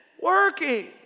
working